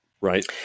right